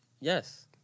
yes